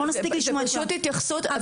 זה פשוט התייחסות,